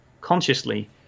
consciously